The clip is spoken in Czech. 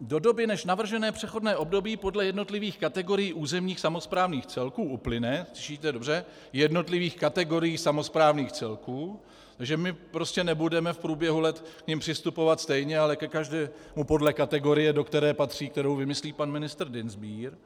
Do doby, než navržené přechodné období podle jednotlivých kategorií územních samosprávných celků uplyne, slyšíte dobře, jednotlivých kategorií samosprávných celků takže my prostě nebudeme v průběhu let k nim přistupovat stejně, ale ke každému podle kategorie, do které patří, kterou vymyslí pan ministr Dienstbier,